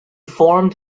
formed